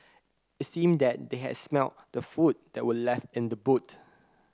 it seemed that they had smelt the food that were left in the boot